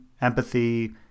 empathy